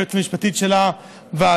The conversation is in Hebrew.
היועצת המשפטית של הוועדה,